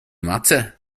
matter